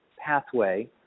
pathway